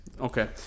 Okay